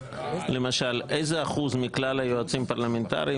למשל איזה אחוז מכלל היועצים הפרלמנטריים